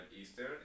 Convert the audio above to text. Eastern